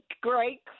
Great